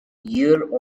year